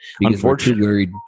Unfortunately